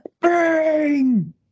Bang